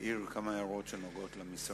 יעיר כמה הערות שנוגעות למשרד.